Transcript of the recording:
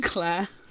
Claire